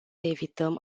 evităm